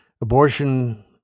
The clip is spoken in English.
Abortion